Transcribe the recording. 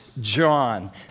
John